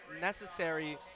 necessary